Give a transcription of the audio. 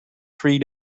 three